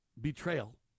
betrayal